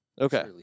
Okay